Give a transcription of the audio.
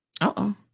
Uh-oh